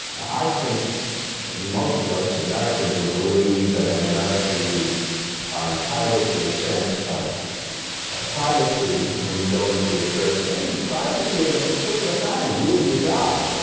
i think most of us americans would believe that in america you are entitled to a sense of privacy when you go into a church, maybe privacy of a particular kind, you and your god.